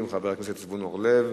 חבר הכנסת זבולון אורלב,